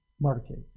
market